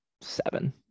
seven